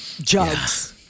jugs